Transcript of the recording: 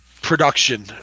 Production